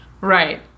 Right